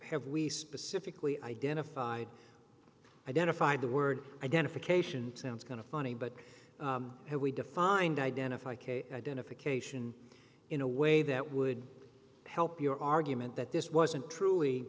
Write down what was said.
we specifically identified identified the word identification towns kind of funny but how we defined identify case identification in a way that would help your argument that this wasn't truly